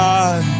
God